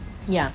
ya